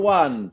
one